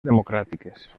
democràtiques